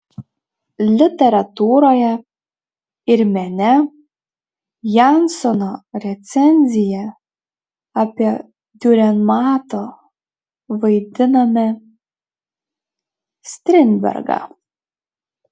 literatūroje ir mene jansono recenzija apie diurenmato vaidiname strindbergą